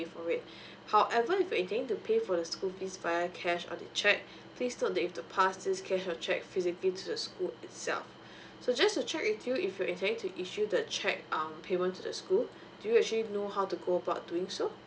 for it however if you're intending to pay for the school fees via cash or the cheque please note that you need to pass this cash or cheque physically to the school itself so just to check with you if you intending to issue the cheque um payment to the school do you actually know how to go about doing so